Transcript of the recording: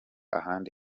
ahandi